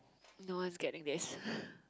no one's getting this